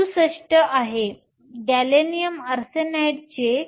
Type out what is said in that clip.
67 आहे gallium arsenide 1